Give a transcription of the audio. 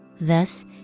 Thus